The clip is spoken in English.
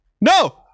No